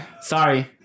sorry